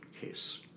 case